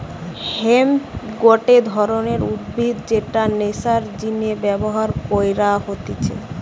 hemp গটে ধরণের উদ্ভিদ যেটা নেশার জিনে ব্যবহার কইরা হতিছে